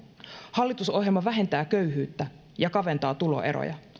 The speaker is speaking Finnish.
hallitusohjelma vähentää köyhyyttä ja kaventaa tuloeroja